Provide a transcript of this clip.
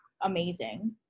amazing